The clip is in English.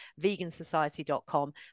vegansociety.com